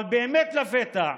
אבל באמת לפתע,